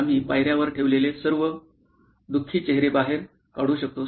आम्ही पायर्यावर ठेवलेले सर्व दु खी चेहरे बाहेर काढू शकतो